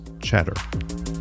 Chatter